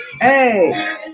hey